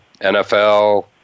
NFL